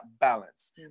balance